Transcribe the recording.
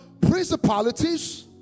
principalities